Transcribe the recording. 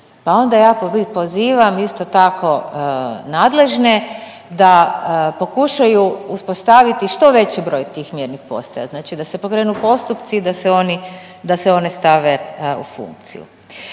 Pa onda ja pozivam isto tako nadležne da pokušaju uspostaviti što veći broj tih mjernih postaja, znači da se pokrenu postupci da se one stave u funkciju.